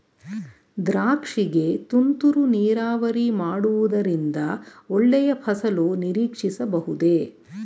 ದ್ರಾಕ್ಷಿ ಗೆ ತುಂತುರು ನೀರಾವರಿ ಮಾಡುವುದರಿಂದ ಒಳ್ಳೆಯ ಫಸಲು ನಿರೀಕ್ಷಿಸಬಹುದೇ?